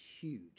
huge